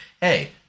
hey